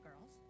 Girls